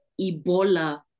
Ebola